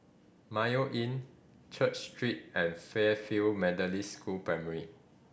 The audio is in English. Mayo Inn Church Street and Fairfield Methodist School Primary